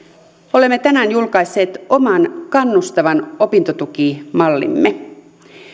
olemme tänään julkaisseet oman kannustavan opintotukimallimme